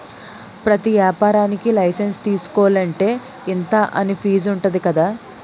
ప్రతి ఏపారానికీ లైసెన్సు తీసుకోలంటే, ఇంతా అని ఫీజుంటది కదా